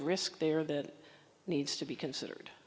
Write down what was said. risk there that needs to be considered